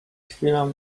chwilę